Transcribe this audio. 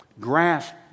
Grasp